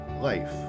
Life